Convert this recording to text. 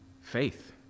faith